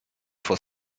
for